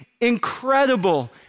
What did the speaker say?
incredible